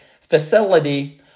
facility